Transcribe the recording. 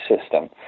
system